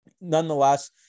nonetheless